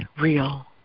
Real